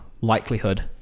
likelihood